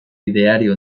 ideario